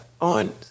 on